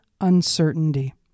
uncertainty